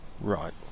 right